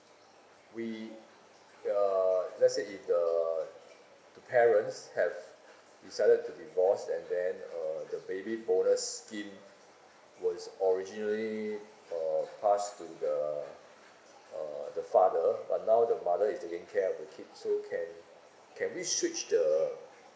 we uh let's say if the the parents have decided to divorce and then uh the baby bonus scheme was originally uh passed to the uh the father but now the mother is taking care of the kid so can can we switch the